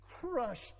crushed